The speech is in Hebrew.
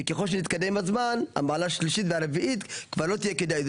וככל שנתקדם עם הזמן המעלה השלישית והרביעית כבר לא תהיה כדאית,